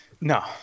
No